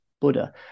Buddha